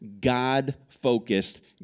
God-focused